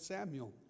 Samuel